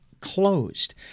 closed